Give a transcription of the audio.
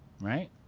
right